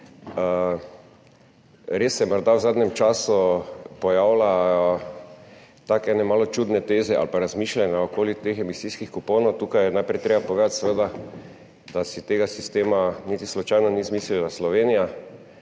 Res se morda v zadnjem času pojavljajo take malo čudne teze ali pa razmišljanja okoli teh emisijskih kuponov. Tukaj je najprej treba povedati, da si tega sistema niti slučajno ni izmislila Slovenija,